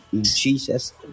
jesus